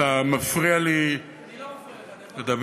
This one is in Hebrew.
אתה מפריע לי לדבר.